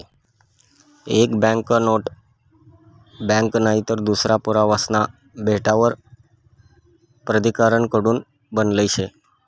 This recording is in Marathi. एक बँकनोट बँक नईतर दूसरा पुरावासना भेटावर प्राधिकारण कडून बनायेल शे